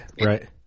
right